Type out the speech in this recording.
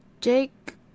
Jake